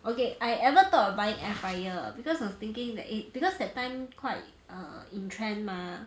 okay I ever thought of buying air fryer because I was thinking that eh because that time quite err in trend mah